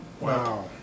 Wow